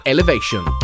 Elevation